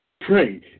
pray